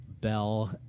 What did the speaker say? Bell